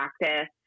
practice